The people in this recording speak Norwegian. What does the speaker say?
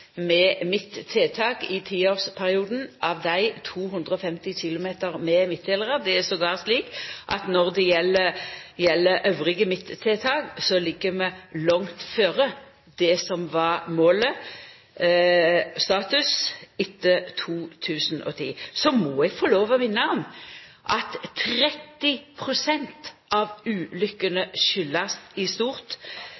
i tiårsperioden, av dei 250 km med midtdelarar. Det er attpåtil slik at når det gjeld midttiltak elles, ligg vi langt føre det som var målet, status, etter 2010. Så må eg få lov å minna om at 30 pst. av